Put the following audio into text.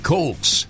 Colts